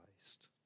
Christ